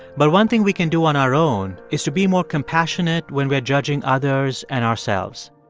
but one thing we can do on our own is to be more compassionate when we're judging others and ourselves.